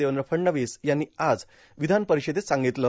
देवेंद्र फडणवीस यांनी आज विधानपरिषदेत सांगितलं